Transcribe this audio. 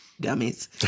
dummies